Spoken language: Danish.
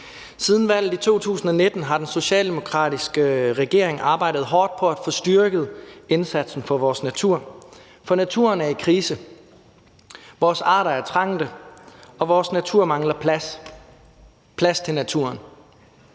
Siden valget i 2019 har den socialdemokratiske regering arbejdet hårdt på at få styrket indsatsen for vores natur, for naturen er i krise. Vores arter er trængte, og vores natur mangler plads – plads til naturen.